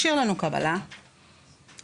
השאיר לנו קבלה ונסע.